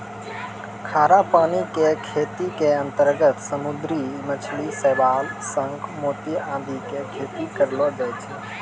खारा पानी के खेती के अंतर्गत समुद्री मछली, शैवाल, शंख, मोती आदि के खेती करलो जाय छै